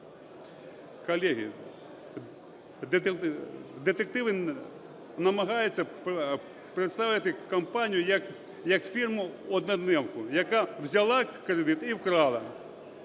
Колеги, детективи намагаються представити компанію як фирму-однодневку, яка взяла кредит і вкрала.